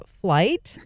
flight